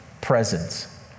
presence